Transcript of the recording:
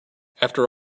after